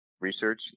research